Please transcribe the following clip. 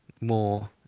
more